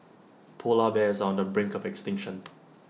Polar Bears are on the brink of extinction